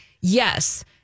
yes